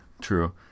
True